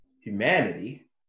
humanity